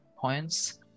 points